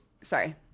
sorry